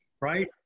right